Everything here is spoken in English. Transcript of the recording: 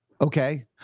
Okay